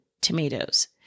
tomatoes